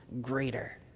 greater